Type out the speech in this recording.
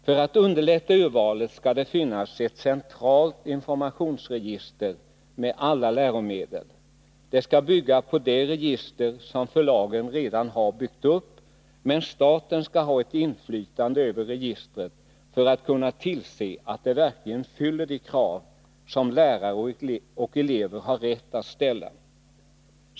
För underlättande av urvalet skall det finnas ett centralt informationsregister med alla läromedel. Det skall bygga på det register som förlagen redan har byggt upp, men staten skall ha ett inflytande över registret för att kunna tillse att det verkligen fyller de krav som lärare och elever har rätt att ställa.